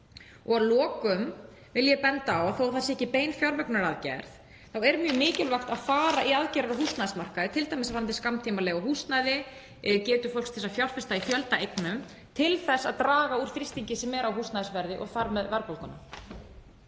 Að lokum vil ég benda á að þó að það sé ekki bein fjármögnunaraðgerð er mjög mikilvægt að fara í aðgerðir á húsnæðismarkaði, t.d. varðandi skammtímaleigu á húsnæði, getu fólks til að fjárfesta í fjölda eigna, til að draga úr þrýstingi sem er á húsnæðisverði og þar með verðbólgu.